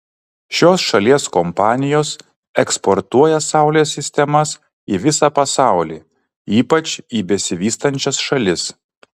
šios šalies kompanijos eksportuoja saulės sistemas į visą pasaulį ypač į besivystančias šalis